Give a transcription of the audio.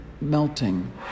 melting